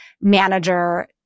manager